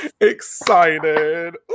excited